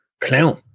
clown